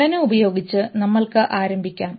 ഘടന ഉപയോഗിച്ച് നമ്മൾക്ക് ആരംഭിക്കാം